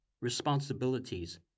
responsibilities